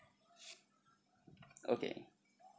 okay